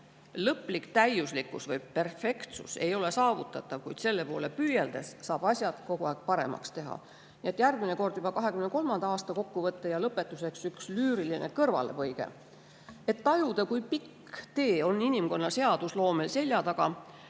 lõplik täiuslikkus või perfektsus ei ole saavutatav, kuid selle poole püüeldes saab kogu aeg asju paremaks teha. Nii et järgmine kord juba 2023. aasta kokkuvõte. Ja lõpetuseks üks lüüriline kõrvalepõige. Et tajuda, kui pikk tee on inimkonna seadusloomel selja taga,